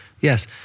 Yes